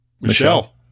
Michelle